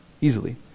easily